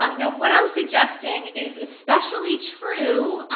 um now, what i'm suggesting is especially true,